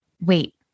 Wait